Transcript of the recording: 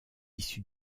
issue